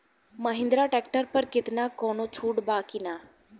Mahindra tractor पर केतना कौनो छूट बा कि ना?